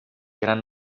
gran